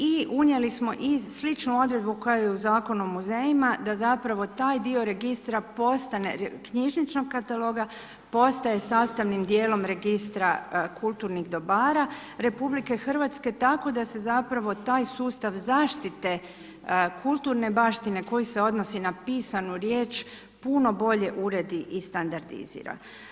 I unijeli smo i sličnu odredbu kao i u Zakonu o muzejima da zapravo taj dio registra postane, knjižničnog kataloga, postaje sastavnim dijelom registra kulturnih dobara RH tako da se zapravo taj sustav zaštite kulturne baštine koji se odnosi na pisanu riječ puno bolje uredi i standardizira.